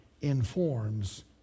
informs